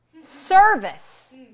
service